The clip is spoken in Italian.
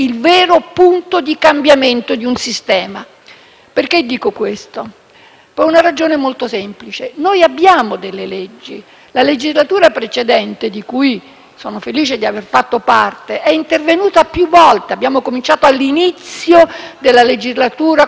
Dico questo per una ragione molto semplice. Noi abbiamo delle leggi. La legislatura precedente, di cui sono felice di aver fatto parte, è intervenuta più volte. Abbiamo cominciato, all'inizio della legislatura, con una famosa mozione sul femminicidio;